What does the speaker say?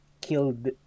killed